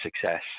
success